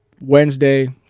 Wednesday